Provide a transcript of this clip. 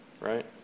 Right